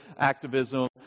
activism